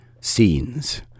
scenes